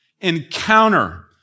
encounter